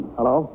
Hello